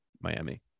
Miami